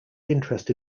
interest